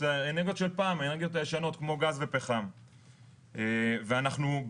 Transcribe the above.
אנחנו עסוקים בחקיקה אבל זה מאוד חשוב.